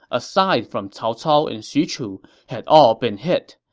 aside from cao cao and xu chu, had all been hit.